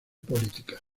políticas